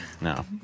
No